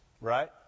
Right